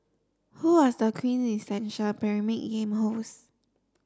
who was the quintessential Pyramid Game host